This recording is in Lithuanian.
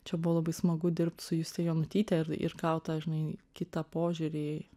čia buvo labai smagu dirbt su juste jonutyte ir ir gaut tą žinai kitą požiūrį